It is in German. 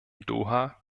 doha